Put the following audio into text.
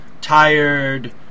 tired